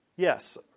Yes